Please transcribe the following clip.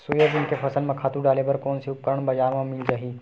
Soybean के फसल म खातु डाले बर कोन से उपकरण बजार म मिल जाहि?